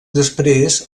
després